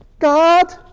God